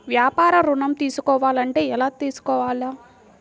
వ్యాపార ఋణం తీసుకోవాలంటే ఎలా తీసుకోవాలా?